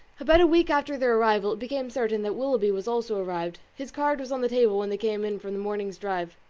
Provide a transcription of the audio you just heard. about a week after their arrival, it became certain that willoughby was also arrived. his card was on the table when they came in from the morning's drive.